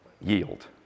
Yield